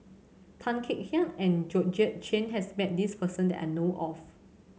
Tan Kek Hiang and Georgette Chen has met this person that I know of